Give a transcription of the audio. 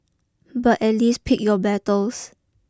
but at least pick your battles